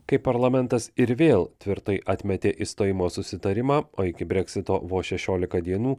kai parlamentas ir vėl tvirtai atmetė išstojimo susitarimą o iki breksito vos šešiolika dienų